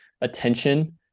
attention